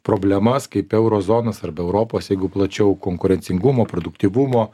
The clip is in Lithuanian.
problemas kaip euro zonos arba europos jeigu plačiau konkurencingumo produktyvumo